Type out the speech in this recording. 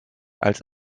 als